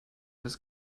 das